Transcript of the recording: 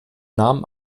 namen